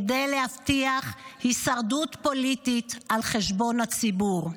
כדי להבטיח הישרדות פוליטית על חשבון הציבור.